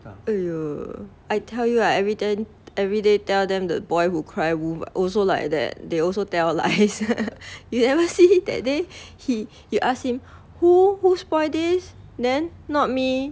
!aiyo! I tell you right I everyti~ everyday tell them the boy who cry wolf also like that they also tell lies you never see that day he you ask him who who spoil this then not me